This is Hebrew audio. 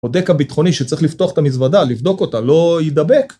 בודק הביטחוני שצריך לפתוח את המזוודה, לבדוק אותה, לא יידבק